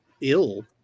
ill